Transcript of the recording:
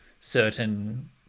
certain